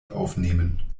aufnehmen